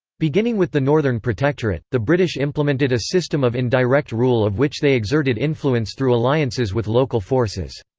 beginning with the northern protectorate, the british implemented a system of indirect rule of which they exerted influence through alliances with local forces.